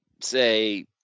say